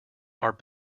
are